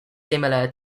similar